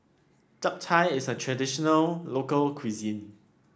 Japchae is a traditional local cuisine